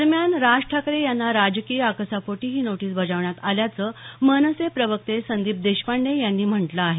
दरम्यान राज ठाकरे यांना राजकीय आकसापोटी ही नोटीस बजावण्यात आल्याचं मनसे प्रवक्ते संदीप देशपांडे यांनी म्हटलं आहे